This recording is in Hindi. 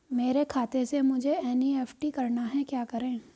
मेरे खाते से मुझे एन.ई.एफ.टी करना है क्या करें?